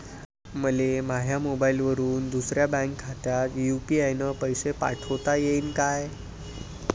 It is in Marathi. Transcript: मले माह्या मोबाईलवरून दुसऱ्या बँक खात्यात यू.पी.आय न पैसे पाठोता येईन काय?